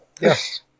yes